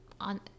on